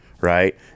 right